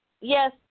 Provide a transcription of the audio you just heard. Yes